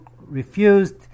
refused